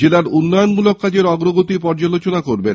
জেলার উন্নয়ন মূলক কাজের অগ্রগতি ও পর্যালোচনা করবেন